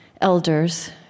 Elders